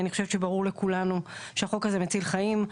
אני חושבת שברור לכולנו שהחוק הזה מציל חיים.